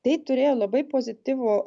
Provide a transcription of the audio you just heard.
tai turėjo labai pozityvų